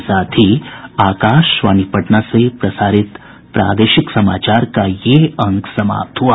इसके साथ ही आकाशवाणी पटना से प्रसारित प्रादेशिक समाचार का ये अंक समाप्त हुआ